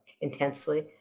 intensely